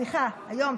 היום.